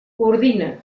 coordina